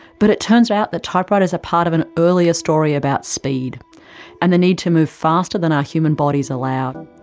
but it turns out that typewriters are part of an earlier story about speed and the need to move faster than our human bodies allowed.